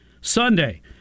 Sunday